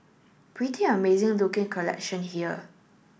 pretty amazing looking collection here